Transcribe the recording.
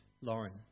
Lauren